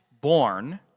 born